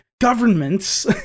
governments